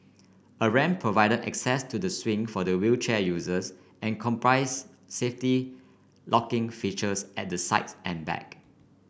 a ramp provided access to the swing for the wheelchair users and comprises safety locking features at the sides and back